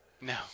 No